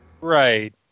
Right